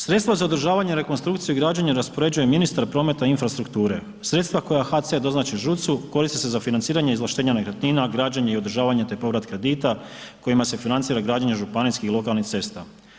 Sredstva za održavanje, rekonstrukciju i građenje raspoređuje ministar prometa infrastrukture, sredstva koja HAC doznači ŽUC-u koristi se za financiranje izvlaštenja nekretnina, građenje i održavanje, te povrat kredita kojima se financira građenje županijskih lokalnih cesta.